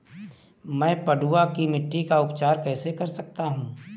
मैं पडुआ की मिट्टी का उपचार कैसे कर सकता हूँ?